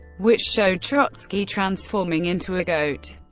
which showed trotsky transforming into a goat.